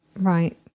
Right